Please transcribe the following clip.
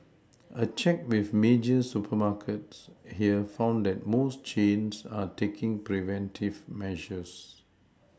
a check with major supermarkets here found that most chains are taking preventive measures